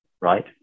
right